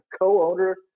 co-owner